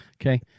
Okay